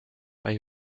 bei